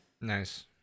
nice